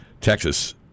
Texas